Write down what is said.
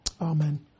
amen